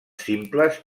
simples